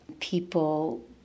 people